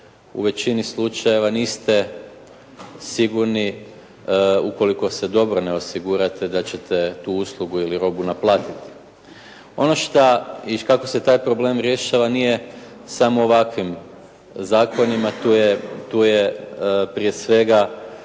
u većini slučajeva niste sigurni ukoliko se dobro ne osigurate da ćete tu uslugu ili robu naplatiti. Ono šta i kako se taj problem rješava nije samo ovakvim zakonima, tu je prije svega